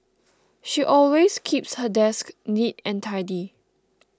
she always keeps her desk neat and tidy